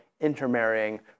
intermarrying